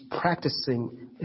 practicing